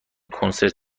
کنسرت